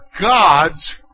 God's